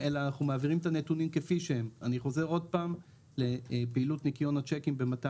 בהתייעצות עם המחלקה הפלילית במשרד